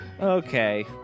Okay